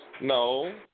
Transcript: No